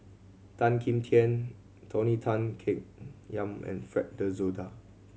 Tan Kim Tian Tony Tan Keng Yam and Fred De Souza